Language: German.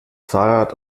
fahrrad